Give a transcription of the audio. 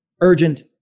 urgent